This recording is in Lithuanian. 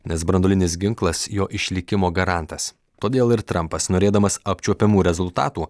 nes branduolinis ginklas jo išlikimo garantas todėl ir trampas norėdamas apčiuopiamų rezultatų